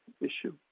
issue